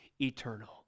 eternal